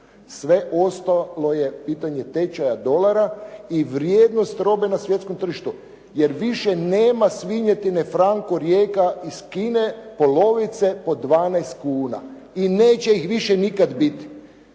Sve ostalo je pitanje tečaja dolara i vrijednost robe na svjetskom tržištu, jer više nema svinjetine franco Rijeka iz Kine, polovice po 12 kuna i neće ih više nikad biti.